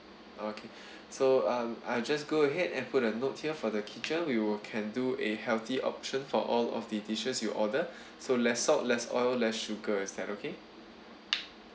okay so um I'll just go ahead and put a note here for the kitchen we will can do a healthy option for all of the dishes you order so less salt less oil less sugar is that okay